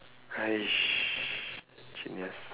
!hais! genius